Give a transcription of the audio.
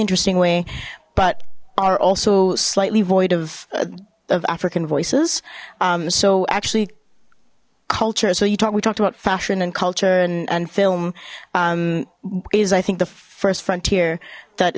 interesting way but are also slightly void of of african voices so actually culture so you talked we talked about fashion and culture and and film is i think the first frontier that